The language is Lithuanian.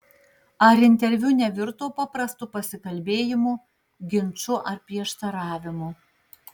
ar interviu nevirto paprastu pasikalbėjimu ginču ar prieštaravimu